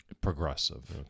Progressive